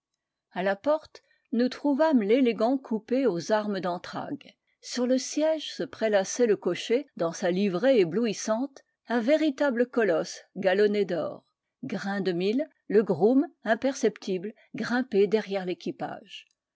a la porte nous trouvâmes l'élégant coupé aux armes d'entragues sur le siège se prélassait le cocher dans sa livrée éblouissante un véritable colosse galonné d'or grain de mil le groom imperceptible grimpé derrière l'équipage